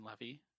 Levy